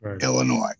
Illinois